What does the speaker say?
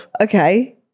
okay